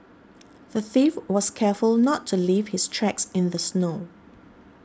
the thief was careful not to leave his tracks in the snow